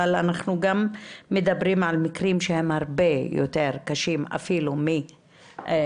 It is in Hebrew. אבל אנחנו מדברים גם על מקרים שהם הרבה יותר קשים אפילו מהנושא.